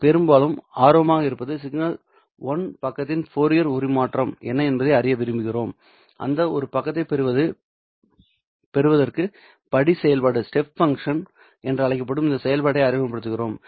நாம் பெரும்பாலும் ஆர்வமாக இருப்பது சிக்னலின் 1 பக்கத்தின் ஃபோரியர் உரு மாற்றம் என்ன என்பதை அறிய விரும்புகிறோம் அந்த ஒரு பக்கத்தைப் பெறுவதற்கு படி செயல்பாடு என்று அழைக்கப்படும் இந்த செயல்பாட்டை அறிமுகப்படுத்துகிறோம்